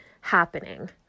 happening